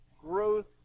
growth